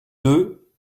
deux